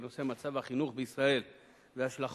בנושא "מצב החינוך בישראל והשלכותיו,